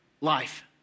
life